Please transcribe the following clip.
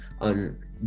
on